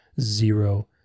zero